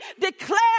declare